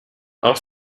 auch